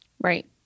Right